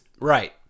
Right